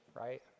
right